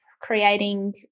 creating